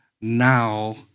now